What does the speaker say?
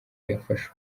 yafashe